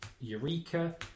Eureka